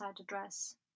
address